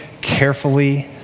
carefully